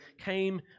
came